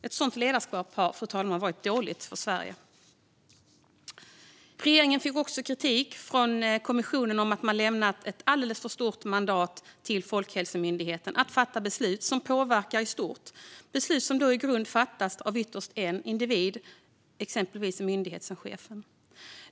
Ett sådant ledarskap har varit dåligt för Sverige. Regeringen fick också kritik från kommissionen för att ha lämnat ett alltför stort mandat till Folkhälsomyndigheten att fatta beslut som påverkar i stort och som i grunden alltså fattas av ytterst en enda individ, exempelvis myndighetschefen.